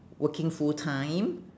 working full time